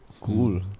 Cool